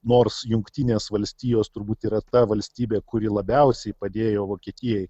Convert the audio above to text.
nors jungtinės valstijos turbūt yra ta valstybė kuri labiausiai padėjo vokietijai